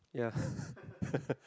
yeah